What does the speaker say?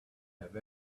have